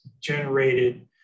generated